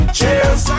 Cheers